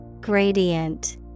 Gradient